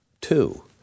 two